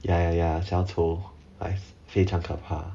ya ya ya 小丑非常可怕